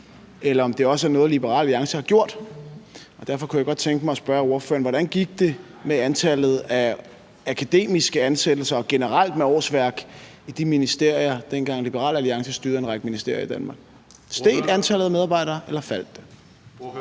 eller om det også er noget, Liberal Alliance har gjort. Derfor kunne jeg godt tænke mig spørge ordføreren, hvordan det gik med antallet af akademiske ansættelser og generelt med årsværk i de ministerier, dengang Liberal Alliance styrede en række ministerier i Danmark. Steg antallet af medarbejdere, eller faldt det?